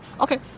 Okay